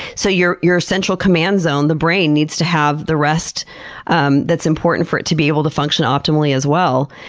so your your central command zone, the brain, needs to have the rest um that's important for it to be able to function optimally as well.